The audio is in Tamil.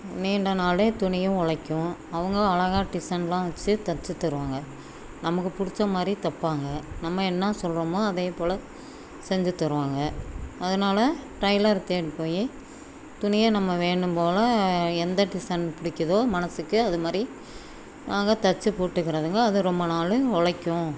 நீண்ட நாள் துணியும் ஒழைக்கும் அவங்க அழகா டிசைன்லாம் வெச்சு தைச்சுத் தருவாங்க நமக்கு பிடிச்ச மாதிரி தைப்பாங்க நம்ம என்ன சொல்கிறோமோ அதேபோல செஞ்சுத் தருவாங்க அதனால் டெய்லரை தேடி போய் துணியை நம்ம வேணும் போல் எந்த டிசைன் பிடிக்கிதோ மனதுக்கு அது மாதிரி அழகா தைச்சு போட்டுக்கறதுங்க அது ரொம்ப நாள் ஒழைக்கும்